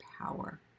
power